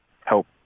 help